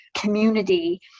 community